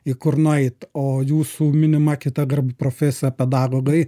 į kur nueit o jūsų minima kita profesija pedagogai